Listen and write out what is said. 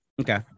Okay